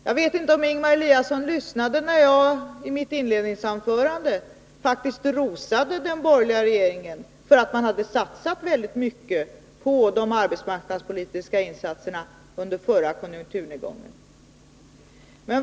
Jag vet inte om Ingemar Eliasson lyssnade när jag i mitt inledningsanförande faktiskt rosade den borgerliga regeringen för att den hade satsat väldigt mycket på arbetsmarknadspolitiken under förra konjunkturnedgången.